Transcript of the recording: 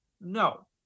no